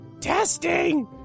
testing